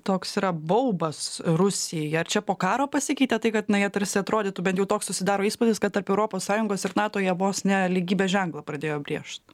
toks yra baubas rusija ar čia po karo pasikeitė tai kad na jie tarsi atrodytų bent jau toks susidaro įspūdis kad tarp europos sąjungos ir nato jie vos ne lygybės ženklą pradėjo brėžt